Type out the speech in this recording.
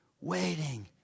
waiting